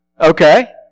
Okay